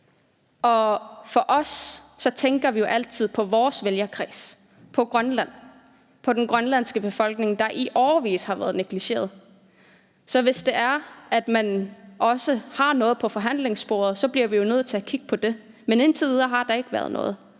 og vi tænker jo altid på vores vælgerkreds, på Grønland og den grønlandske befolkning, der i årevis har været negligeret. Så hvis det er, at man også har noget på forhandlingsbordet, så bliver vi nødt til at kigge på det. Men indtil videre har der ikke været noget,